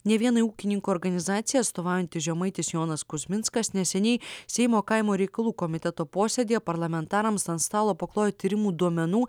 nė viena ūkininkų organizaciją atstovaujanti žemaitis jonas kuzminskas neseniai seimo kaimo reikalų komiteto posėdyje parlamentarams ant stalo paklojo tyrimų duomenų